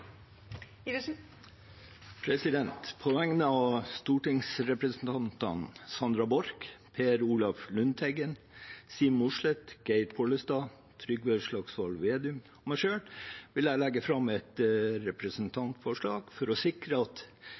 På vegne av stortingsrepresentantene Sandra Borch, Per Olaf Lundteigen, Siv Mossleth, Geir Pollestad, Trygve Slagsvold Vedum og meg selv vil jeg legge fram et representantforslag om å sikre at